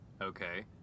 Okay